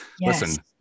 listen